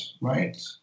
right